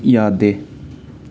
ꯌꯥꯗꯦ